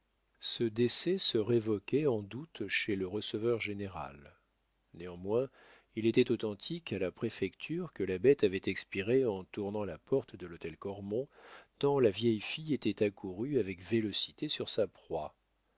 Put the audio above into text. ce décès se révoquait en doute chez le receveur-général néanmoins il était authentique à la préfecture que la bête avait expiré en tournant la porte de l'hôtel cormon tant la vieille fille était accourue avec vélocité sur sa proie